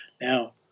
Now